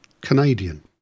Canadian